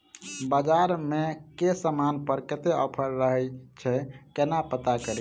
बजार मे केँ समान पर कत्ते ऑफर रहय छै केना पत्ता कड़ी?